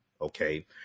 okay